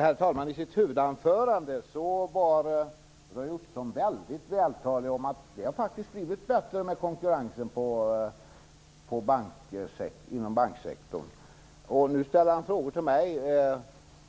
Herr talman! I sitt huvudanförande var Roy Ottosson väldigt vältalig, och talade om att konkurrensen inom banksektorn blivit bättre. Nu ställer han frågor till mig, och